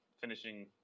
finishing